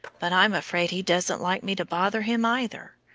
but i'm afraid he doesn't like me to bother him either.